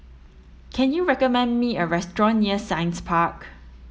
can you recommend me a restaurant near Science Park